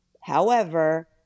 however-